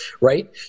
right